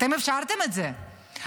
אתם אפשרתם את זה,